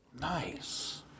Nice